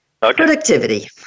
Productivity